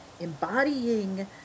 embodying